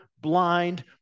blind